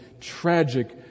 tragic